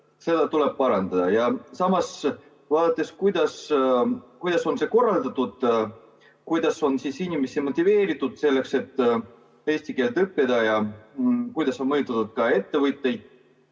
–, tuleb parandada. Samas vaadates, kuidas on see korraldatud, kuidas on inimesi motiveeritud selleks, et eesti keelt õppida ja kuidas on mõjutatud ettevõtteid,